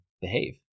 behave